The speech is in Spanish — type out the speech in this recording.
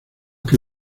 que